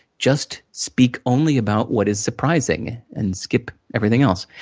just speak only about what is surprising, and skip everything else.